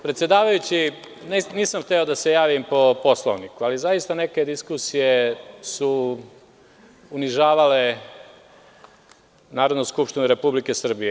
Predsedavajući, nisam hteo da se javim po Poslovniku, ali zaista neke diskusije su unižavale Narodnu skupštinu Republike Srbije.